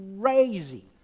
crazy